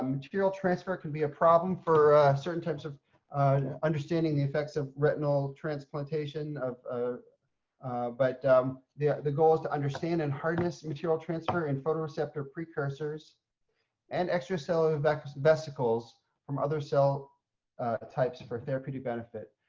um material transfer can be a problem for certain types of understanding the effects of retinal transplantation of. ah but the, the goal is to understand and harness material transfer in photoreceptor precursors and extracellular vesicles from other cell ah types for therapeutic benefit.